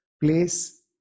place